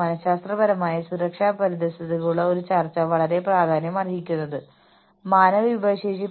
മാനേജ്മെന്റിന്റെ ഉത്തരവാദിത്തം ഇതിൽ ഒരു ചലന പഠനം നടത്തുന്നതിന് തൊഴിൽ